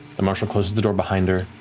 the marshal closes the door behind her,